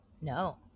No